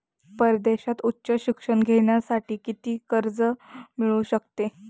परदेशात उच्च शिक्षण घेण्यासाठी किती कर्ज मिळू शकते?